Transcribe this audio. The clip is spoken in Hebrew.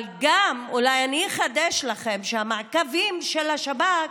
אבל אולי אני אחדש לכם בכך שהמעקבים של השב"כ